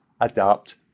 adapt